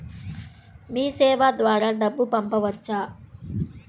మీసేవ ద్వారా డబ్బు పంపవచ్చా?